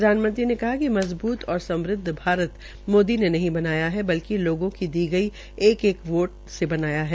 प्रधानमंत्री ने कहा कि मजबूत और समृद भारत मोदी ने नहीं बताया बल्कि लोगों की दी गई एक एक वोट ने बनाया है